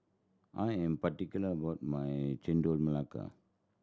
I am particular about my Chendol Melaka